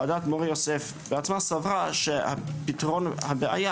ועדת מור-יוסף בעצמה סברה שפתרון הבעיה